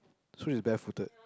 so it's barefooted